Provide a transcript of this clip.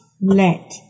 let